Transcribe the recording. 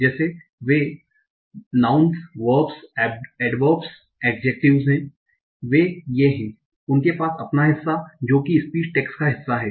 जैसे वे nouns verbs adverbs adjective हैं वे ये हैं उनके पास अपना हिस्सा जो कि स्पीच टेक्स्ट का हिस्सा हैं